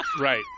right